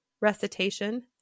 recitation